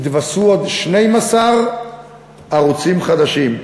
ייתוספו עוד 12 ערוצים חדשים.